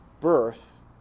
birth